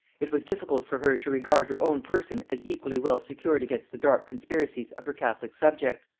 it was difficult for her to regard her own person as equally well secured against the dark conspiracies of her catholic subjects,